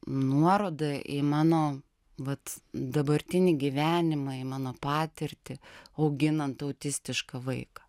nuorodą į mano vat dabartinį gyvenimą į mano patirtį auginant autistišką vaiką